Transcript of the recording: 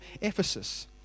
Ephesus